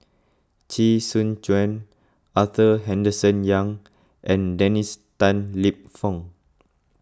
Chee Soon Juan Arthur Henderson Young and Dennis Tan Lip Fong